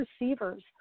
receivers